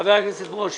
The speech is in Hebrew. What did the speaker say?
חבר הכנסת ברושי.